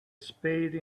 spade